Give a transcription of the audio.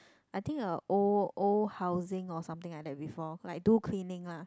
I think a old old housing or something like that before like do cleaning lah